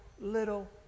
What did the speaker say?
little